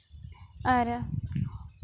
ᱟᱨ